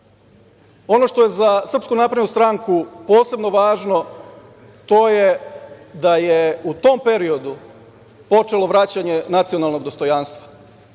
ono što je za SNS posebno važno, to je da je u tom periodu počelo vraćanje nacionalnog dostojanstva.